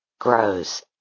grows